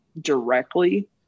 directly